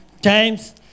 James